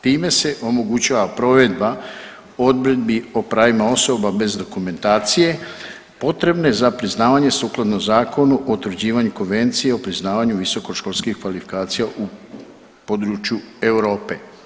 Time se omogućava provedba odredbi o pravima osoba bez dokumentacije potrebne za priznavanje sukladno Zakonu o utvrđivanju konvencije o priznavanju visokoškolskih kvalifikacija u području Europe.